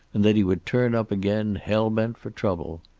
and that he would turn up again, hell bent for trouble.